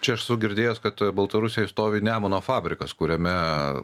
čia esu girdėjęs kad baltarusijoj stovi nemuno fabrikas kuriame